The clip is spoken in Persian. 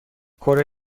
کره